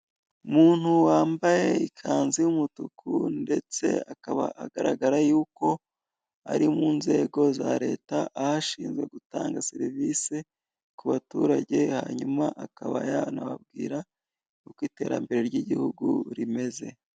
Umuntu wambaye ikanzu y'umutuku ndetse akaba agaragara yuko ari mu nzego za leta aho ashinzwe gutanga serivisi ku baturage hanyuma akaba yanababwira uko iterambere ry'igihugu rimeze.